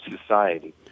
society